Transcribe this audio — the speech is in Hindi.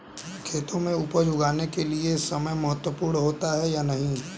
खेतों में उपज उगाने के लिये समय महत्वपूर्ण होता है या नहीं?